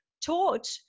taught